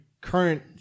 current